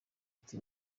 ati